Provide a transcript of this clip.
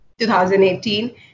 2018